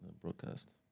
broadcast